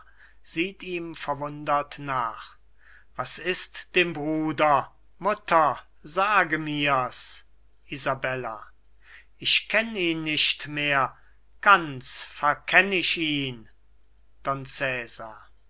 sieht ihm verwundert nach was ist dem bruder mutter sage mir's isabella ich kenn ihn nicht mehr ganz verkenn ich ihn